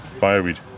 fireweed